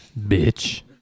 bitch